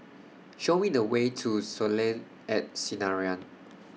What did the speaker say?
Show We The Way to Soleil At Sinaran